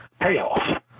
payoff